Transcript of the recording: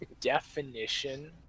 definition